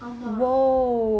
ஆமாம்:aamaam